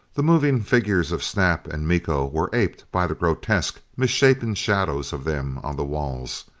the moving figures of snap and miko were aped by the grotesque, misshapen shadows of them on the walls.